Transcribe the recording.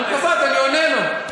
הוא קפץ, אני עונה לו.